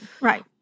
right